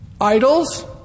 idols